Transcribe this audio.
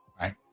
Right